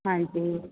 ਹਾਂਜੀ